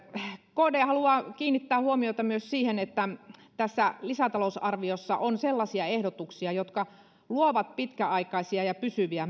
kd haluaa kiinnittää huomiota myös siihen että tässä lisätalousarviossa on sellaisia ehdotuksia jotka luovat pitkäaikaisia ja pysyviä